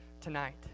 tonight